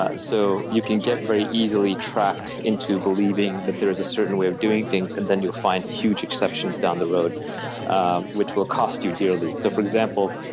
ah so you can get very easily tracked into believing that there is a certain way of doing things and then you'll find huge exceptions down the road which will cost you dearly. so for example,